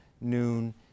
noon